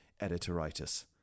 editoritis